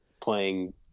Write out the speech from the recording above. playing